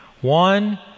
one